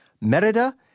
Merida